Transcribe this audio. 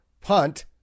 punt